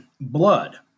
blood